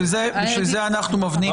בשביל זה אנחנו מבנים.